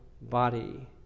body